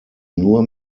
nur